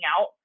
out